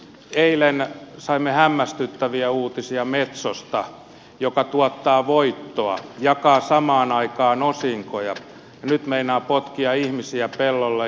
eilen saimme hämmästyttäviä uutisia metsosta joka tuottaa voittoa jakaa samaan aikaan osinkoja ja nyt meinaa potkia ihmisiä pellolle